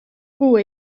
koe